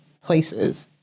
places